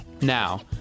Now